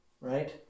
right